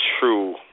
true